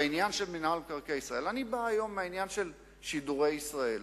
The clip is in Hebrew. בעניין של מינהל מקרקעי ישראל.